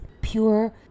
pure